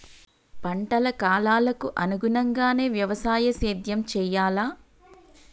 పంటల కాలాలకు అనుగుణంగానే వ్యవసాయ సేద్యం చెయ్యాలా?